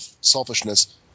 selfishness